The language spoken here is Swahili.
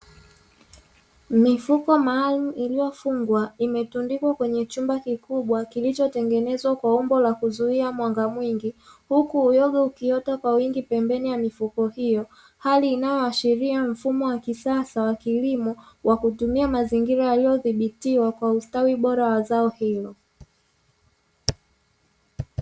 Mifuko maalumu iliyofungwa, imetundikwa kwenye chumba kikubwa kilichotengenezwa kwa umbo la kuzuia mwanga mwingi. Huku uyoga ukiota pembeni ya mifuko hiyo, hali inayoashiria mfumo wa kisasa wa kilimo wa kutumia mazingira yaliyodhibitiwa kwa ustawi bora wa zao hilo.